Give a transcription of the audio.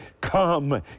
Come